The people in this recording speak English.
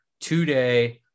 two-day